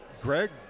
Greg